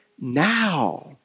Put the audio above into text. now